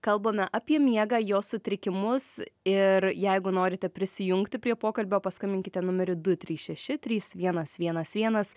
kalbame apie miegą jo sutrikimus ir jeigu norite prisijungti prie pokalbio paskambinkite numeriu du trys šeši trys vienas vienas vienas